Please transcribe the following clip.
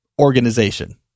organization